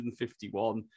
151